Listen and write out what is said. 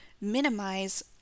minimize